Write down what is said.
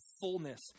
fullness